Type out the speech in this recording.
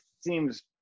seems